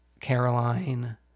Caroline